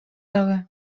дагы